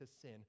sin